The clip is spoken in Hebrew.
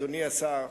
אדוני השר,